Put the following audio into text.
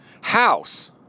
house